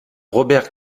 robert